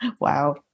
Wow